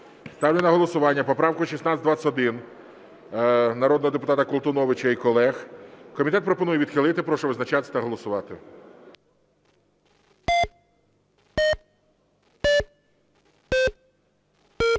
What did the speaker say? Ставлю на голосування поправку 1621 народного депутата Колтуновича і колег. Комітет пропонує відхилити. Прошу визначатись та голосувати.